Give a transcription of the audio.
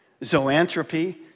Zoanthropy